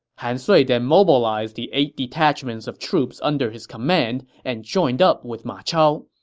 han sui then mobilized the eight detachments of troops under his command and joined up with ma chao.